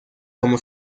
como